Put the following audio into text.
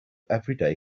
everyday